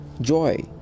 joy